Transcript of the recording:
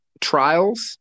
trials